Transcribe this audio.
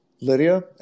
Lydia